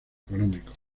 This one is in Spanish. económico